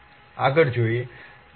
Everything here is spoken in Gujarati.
ઓકે